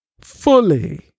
Fully